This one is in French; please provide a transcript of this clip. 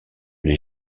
les